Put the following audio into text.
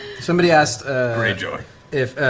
somebody asked if